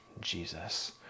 Jesus